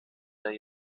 der